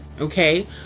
Okay